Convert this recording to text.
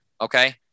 okay